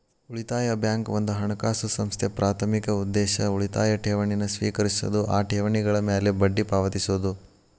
ಉಳಿತಾಯ ಬ್ಯಾಂಕ್ ಒಂದ ಹಣಕಾಸು ಸಂಸ್ಥೆ ಪ್ರಾಥಮಿಕ ಉದ್ದೇಶ ಉಳಿತಾಯ ಠೇವಣಿನ ಸ್ವೇಕರಿಸೋದು ಆ ಠೇವಣಿಗಳ ಮ್ಯಾಲೆ ಬಡ್ಡಿ ಪಾವತಿಸೋದು